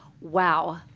Wow